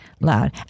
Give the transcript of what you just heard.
Loud